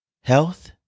health